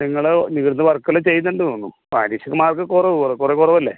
നിങ്ങൾ ഇവിടുന്ന് വർക്ക് എല്ലാം ചെയ്യുന്നുണ്ട് തോന്നുന്നു പരീക്ഷക്ക് മാർക്ക് കുറവ് കുറേ കുറവ് അല്ലേ